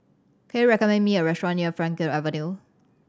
can you recommend me a restaurant near Frankel Avenue